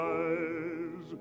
eyes